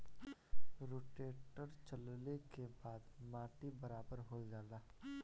rotator चलले के बाद माटी बराबर हो जाला